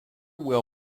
will